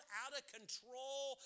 out-of-control